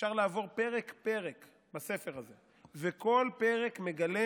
אפשר לעבור פרק-פרק בספר הזה וכל פרק מגלה